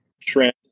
trend